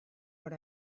what